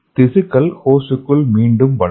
திசுக்கள் ஹோஸ்டுக்குள் மீண்டும் வளரும்